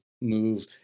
move